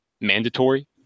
mandatory